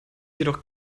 jedoch